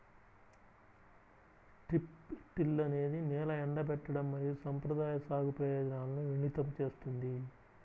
strip till అనేది నేల ఎండబెట్టడం మరియు సంప్రదాయ సాగు ప్రయోజనాలను మిళితం చేస్తుంది